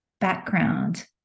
background